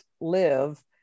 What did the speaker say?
live